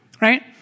right